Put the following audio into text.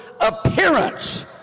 appearance